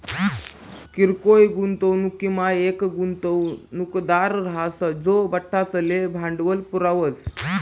किरकोय गुंतवणूकमा येक गुंतवणूकदार राहस जो बठ्ठासले भांडवल पुरावस